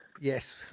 Yes